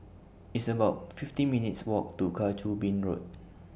It's about fifty minutes' Walk to Kang Choo Bin Road